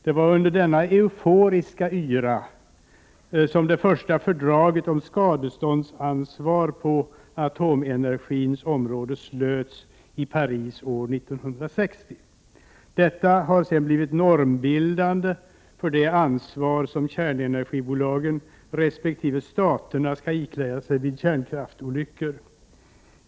Det var under denna euforiska yra som det första fördraget om skadeståndsansvar på atomenergins område slöts i Paris år 1960. Detta har sedan blivit normbildande för det ansvar som kärnenergibolagen resp. staterna skall ikläda sig vid kärnkraftsolyckor.